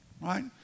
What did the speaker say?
right